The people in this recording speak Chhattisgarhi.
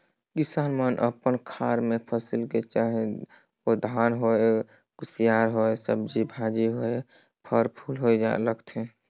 किसान मन अपन खार मे फसिल में चाहे ओ धान होए, कुसियार होए, सब्जी भाजी होए, फर फूल होए लगाथे